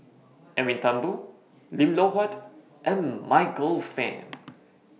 Edwin Thumboo Lim Loh Huat and Michael Fam